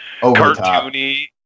cartoony